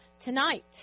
tonight